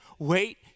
Wait